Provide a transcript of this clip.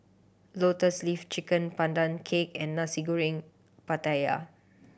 Lotus Leaf Chicken Pandan Cake and Nasi Goreng Pattaya